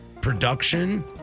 production